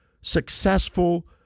successful